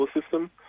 system